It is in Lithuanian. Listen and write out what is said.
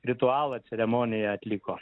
ritualą ceremoniją atliko